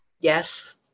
Yes